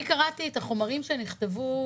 אני קראתי את החומרים שנכתבו,